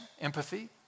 empathy